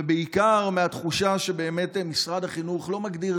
ובעיקר מהתחושה שמשרד החינוך לא באמת מגדיר